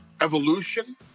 Evolution